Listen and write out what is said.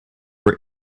were